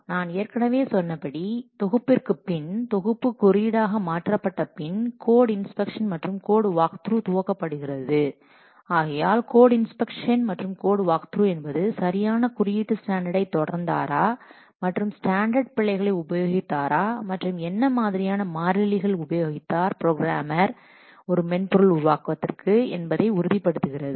நாம் ஏற்கனவே சொன்னபடி தொகுப்பிற்கு பின் தொகுப்பு குறியீடாக மாற்றப்பட்ட பின்பு கோட் இன்ஸ்பெக்ஷன் அல்லது கோட் வாக்த்ரூ துவக்கப்படுகிறது ஆகையால்கோட் இன்ஸ்பெக்ஷன் மற்றும் கோட் வாக்த்ரூ என்பது சரியான குறியீட்டு ஸ்டாண்டர்டை தொடர்ந்தாரா மற்றும் ஸ்டாண்டர்ட் பிழைகளை உபயோகித்தாரா மற்றும் என்ன மாதிரியான மாறிலிகள் உபயோகித்தார் ப்ரோக்ராமர் ஒரு மென்பொருள் உருவாக்கத்திற்கு என்பதை உறுதிப்படுத்துகிறது